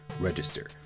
register